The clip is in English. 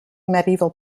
medieval